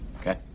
Okay